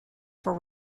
for